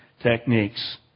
techniques